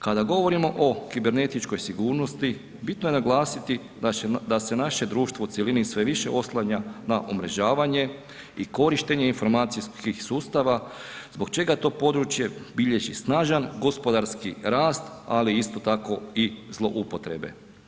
Kada govorimo o kibernetičkoj sigurnosti bitno je naglasiti da se naše društvo u cjelini sve više oslanja na umrežavanje i korištenje informacijskih sustava zbog čega to područje bilježi snažan gospodarski rast, ali isto tako i zloupotrebe.